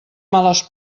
males